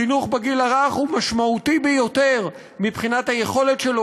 חינוך בגיל הרך הוא משמעותי ביותר מבחינת היכולת שלו